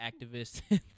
activists